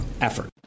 effort